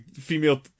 female